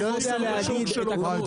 אני לא יודע להגיד את הכמות.